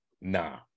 Nah